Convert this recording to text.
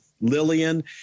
Lillian